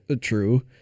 true